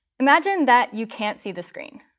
imagine that you can't see the screen.